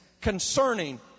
concerning